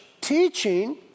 teaching